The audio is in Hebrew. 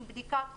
עם בדיקת חום,